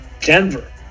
Denver